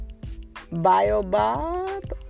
Biobob